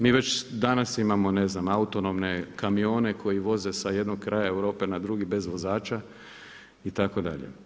Mi već danas imamo, ne znam, autonomne kamione koji voze sa jednog kraja Europe na drugi bez vozača itd.